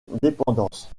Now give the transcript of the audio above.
dépendance